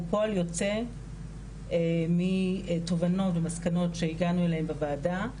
הוא פועל יוצא מתובנות ומסקנות שהגענו אליהן בוועדה,